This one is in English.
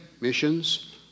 missions